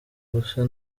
gusa